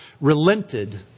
relented